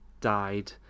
died